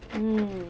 mm